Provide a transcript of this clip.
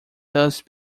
thus